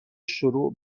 شروع